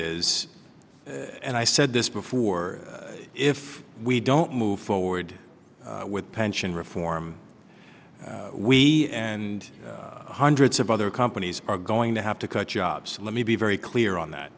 is and i said this before if we don't move forward with pension reform we and hundreds of other companies are going to have to cut jobs let me be very clear on that